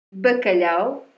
Bacalhau